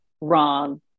wrong